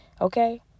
Okay